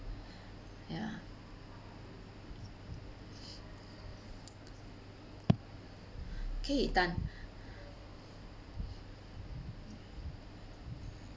ya okay done